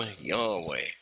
Yahweh